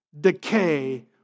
decay